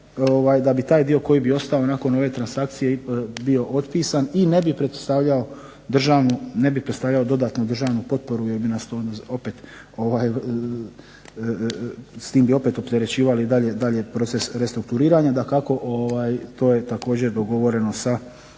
da bi taj dio koji bi ostao nakon ove transakcije bio otpisan, i ne bi predstavljao državnu, ne bi predstavljao dodatnu državnu potporu, jer bi nas to opet, s tim bi opet opterećivali dalje proces restrukturiranja. Dakako to je također dogovoreno sa